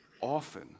often